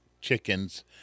chickens